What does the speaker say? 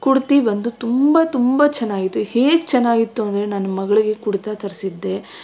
ಕುಡ್ತಿ ಬಂದು ತುಂಬ ತುಂಬ ಚೆನ್ನಾಗಿತ್ತು ಹೇಗೆ ಚೆನ್ನಾಗಿತ್ತು ಅಂದರೆ ನನ್ನ ಮಗಳಿಗೆ ಕುಡ್ತಾ ತರಿಸಿದ್ದೆ